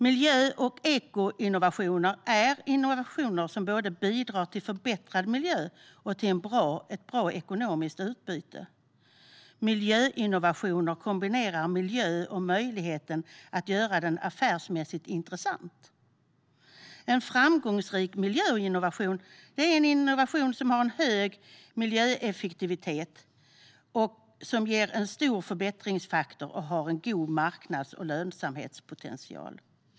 Miljö och ekoinnovationer är innovationer som bidrar till både förbättrad miljö och ett bra ekonomiskt utbyte. Miljöinnovationer kombinerar miljö och möjligheten att göra den affärsmässigt intressant. En framgångsrik miljöinnovation är en innovation som har en hög miljöeffektivitet, ger en stor förbättringsfaktor och har en god marknads och lönsamhetspotential.